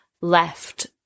left